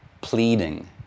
pleading